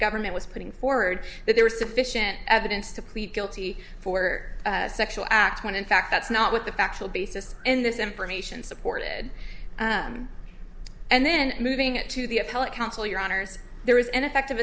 government was putting forward that there was sufficient evidence to plead guilty for a sexual act when in fact that's not what the factual basis in this information supported and then moving it to the appellate counsel your honour's there is an effective